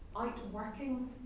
outworking